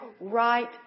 right